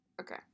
Okay